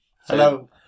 Hello